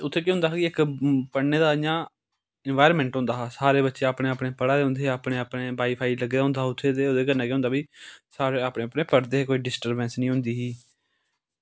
ते उत्थें केह् होंदा हा कि इक्क पढ़ने दा इंया इन्वारनामेंट होंदा हा सारे बच्चे इंया पढ़ा जदे होंदे हे अपने अपने वाई फाई लग्गे दा होंदा हा उत्थें ते ओह्दे कन्नै केह् होंदा कि भई सारे अपने अपने पढ़दे ते कोई डिस्टर्बेंस निं होंदी ही